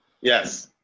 Yes